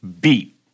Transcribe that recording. beat